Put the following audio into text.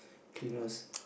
cleaners